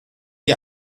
die